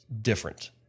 different